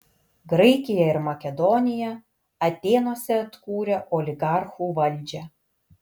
graikiją ir makedoniją atėnuose atkūrė oligarchų valdžią